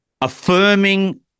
affirming